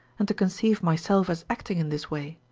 and to conceive myself as acting in this way.